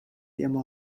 ihrem